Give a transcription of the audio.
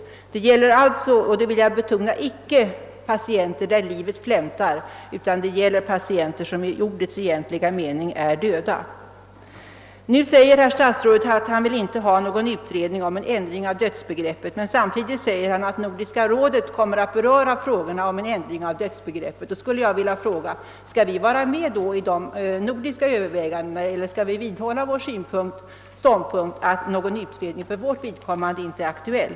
Det gäller alltså inte patienter vilkas liv flämtar, utan det gäller patienter som i ordets egentliga mening är döda. Nu säger herr statsrådet att han inte vill ha en utredning om ändring av dödsbegreppet, men samtidigt säger han att Nordiska rådet kommer att behandla den frågan. Skall vi vara med i de nordiska övervägandena eller skall vi vidhålla vår ståndpunkt att någon utredning för vårt vidkommande inte är aktuell?